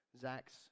Zach's